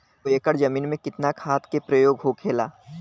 दो एकड़ जमीन में कितना खाद के प्रयोग होखेला?